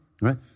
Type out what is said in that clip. Right